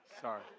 Sorry